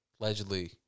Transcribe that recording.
allegedly